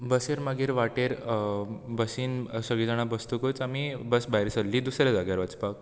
बसीर मागीर वाटेर बसीन सगळीं जाणां बसतकूच आमी बस भायर सरली दुसरे जाग्यार वचपाक